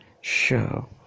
show